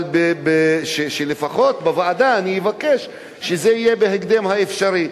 אבל לפחות בוועדה אבקש שזה יהיה בהקדם האפשרי.